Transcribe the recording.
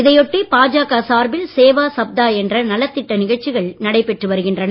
இதை ஒட்டி பாஜக சார்பில் சேவா சப்தா என்ற நலத்திட்ட நிகழ்ச்சிகள் நடைபெற்று வருகின்றன